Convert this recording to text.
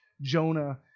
jonah